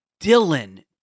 Dylan